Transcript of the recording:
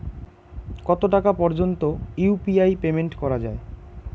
কত টাকা পর্যন্ত ইউ.পি.আই পেমেন্ট করা যায়?